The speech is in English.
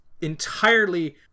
entirely